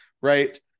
right